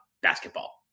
basketball